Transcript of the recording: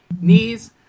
knees